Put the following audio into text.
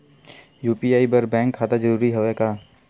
UPI बर bank खाता जरूरी हवय का?